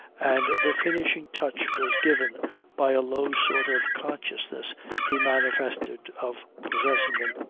and the finishing touch was given by a low sort of consciousness he manifested of possessing them.